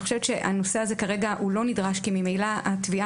אני חושבת שהנושא הזה כרגע לא נדרש כי ממילא התביעה